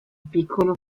piccolo